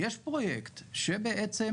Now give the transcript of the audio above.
בעתיד,